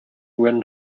when